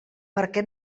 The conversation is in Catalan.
perquè